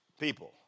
people